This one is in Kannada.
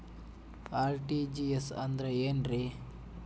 ಆರ್.ಟಿ.ಜಿ.ಎಸ್ ಅಂದ್ರ ಏನ್ರಿ?